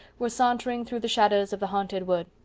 were sauntering through the shadows of the haunted wood.